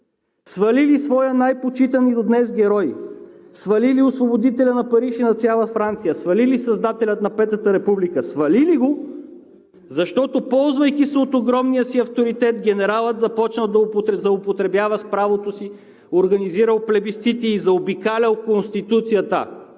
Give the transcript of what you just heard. Свалили своя най-почитан и до днес герой, свалили освободителя на Париж и на цяла Франция, свалили създателя на Петата република, свалили го, защото, ползвайки се от огромния си авторитет, генералът започнал да злоупотребява с правото си, организирал плебисцити, заобикалял Конституцията